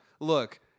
look